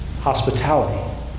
hospitality